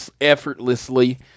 effortlessly